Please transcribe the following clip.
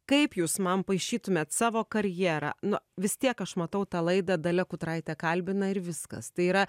kaip jūs man paišytumėt savo karjerą nu vis tiek aš matau tą laidą dalia kutraitė kalbina ir viskas tai yra